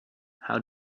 how